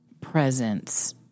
presence